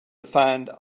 find